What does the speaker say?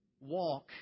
walk